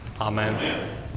Amen